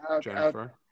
Jennifer